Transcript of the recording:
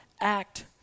act